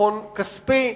לחיסכון כספי,